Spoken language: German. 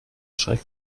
schräg